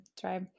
try